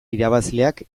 irabazleak